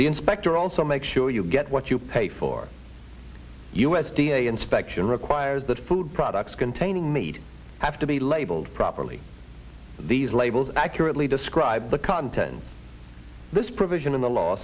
the inspector also make sure you get what you pay for u s d a inspection requires that food products containing need have to be labeled properly these labels accurately describe the contents this provision in the law